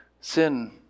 sin